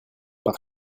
par